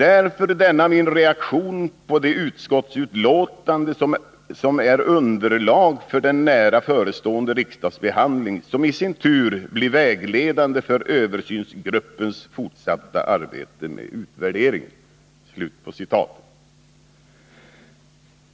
Därför denna min reaktion på det utskottsutlåtande som är underlag för den nära förestående riksdagsbehandling som i sin tur blir vägledande för översynsgruppens fortsatta arbete med utvärderingen.” Fru talman!